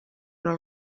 però